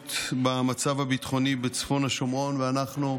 הידרדרות במצב הביטחוני בצפון השומרון, ואנחנו,